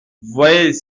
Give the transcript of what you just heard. voyez